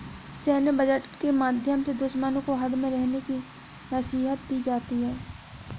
सैन्य बजट के माध्यम से दुश्मनों को हद में रहने की नसीहत दी जाती है